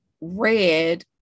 read